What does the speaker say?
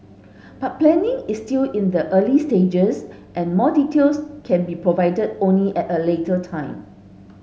but planning is still in the early stages and more details can be provided only at a later time